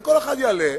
כל אחד יעלה,